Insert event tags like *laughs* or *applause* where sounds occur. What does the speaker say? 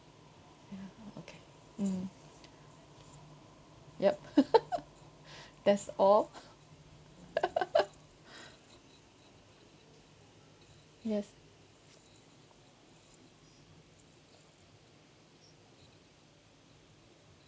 ya okay mm yup *laughs* *breath* that's all *laughs* *breath* yes